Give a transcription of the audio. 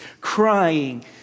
crying